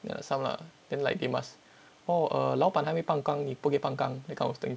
ya some lah then like they must oh err 老板还没 pang gang 你不可以 pang gang that kind of thing